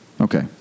okay